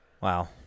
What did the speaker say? Wow